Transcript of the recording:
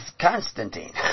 Constantine